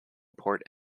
port